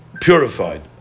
purified